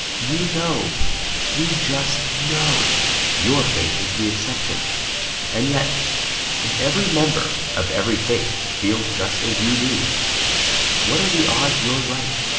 you know you just know your faith is the exception and yet if every member of every faith feels just as you do what are the odds you're right?